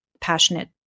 passionate